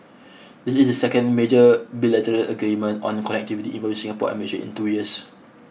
this is the second major bilateral agreement on connectivity involving Singapore and Malaysia in two years